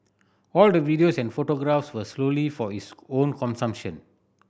all the videos and photographs were solely for his own consumption